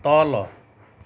तल